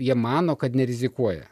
jie mano kad nerizikuoja